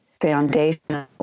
foundational